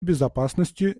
безопасности